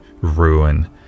ruin